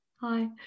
Hi